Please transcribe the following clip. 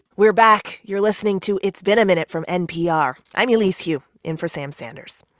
we're back. you're listening to it's been a minute from npr. i'm elise hu, in for sam sanders.